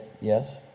yes